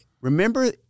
remember